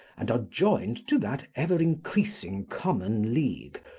and are joined to that ever-increasing common league,